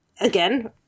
again